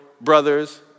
Brothers